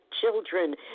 children